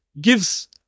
gives